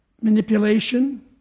manipulation